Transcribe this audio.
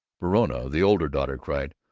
verona, the older daughter, cried,